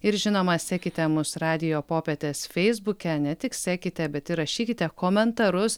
ir žinoma sekite mus radijo popietės feisbuke ne tik sekite bet ir rašykite komentarus